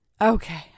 Okay